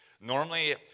Normally